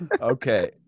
Okay